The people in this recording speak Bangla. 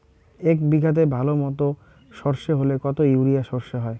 এক বিঘাতে ভালো মতো সর্ষে হলে কত ইউরিয়া সর্ষে হয়?